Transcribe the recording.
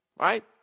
right